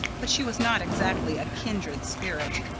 but she was not exactly a kindred spirit.